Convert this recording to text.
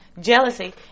jealousy